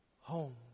home